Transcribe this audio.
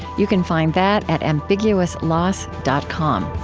you can find that at ambiguousloss dot com